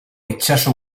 itsaso